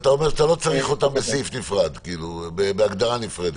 אז אתה אומר שאתה לא צריך אותם בהגדרה נפרדת?